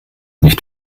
nicht